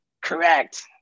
Correct